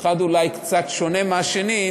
אחד מהם אולי קצת שונה מהשני,